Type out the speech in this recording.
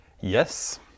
Yes